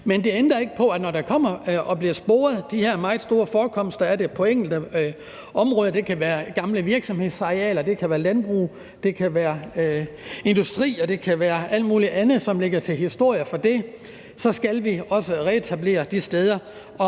Men det ændrer ikke på, at når der kommer og når der bliver sporet de her meget store forekomster af det på enkelte områder – det kan være gamle virksomhedsarealer, det kan være landbrug, det kan være industri, og det kan være alt muligt andet, som lægger til historien om det – skal vi også reetablere de steder